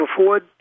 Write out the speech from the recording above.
afford